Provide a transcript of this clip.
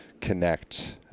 connect